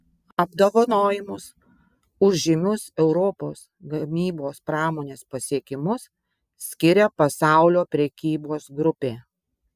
apdovanojimus už žymius europos gamybos pramonės pasiekimus skiria pasaulio prekybos grupė